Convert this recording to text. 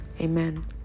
amen